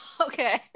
Okay